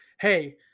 hey